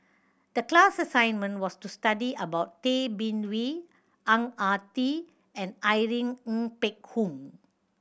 the class assignment was to study about Tay Bin Wee Ang Ah Tee and Irene Ng Phek Hoong